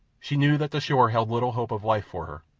she knew that the shore held little hope of life for her,